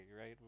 right